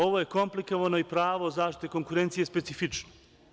Ovo je komplikovano i pravo zaštite konkurencije je specifično.